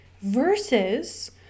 versus